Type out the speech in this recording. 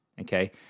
okay